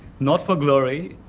not for glory,